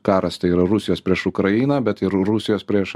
karas tai yra rusijos prieš ukrainą bet ir rusijos prieš